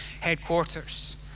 headquarters